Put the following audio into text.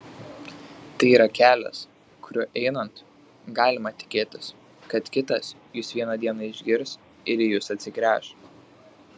tai yra kelias kuriuo einant galima tikėtis kad kitas jus vieną dieną išgirs ir į jus atsigręš